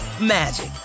magic